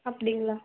அப்படிங்களா